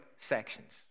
sections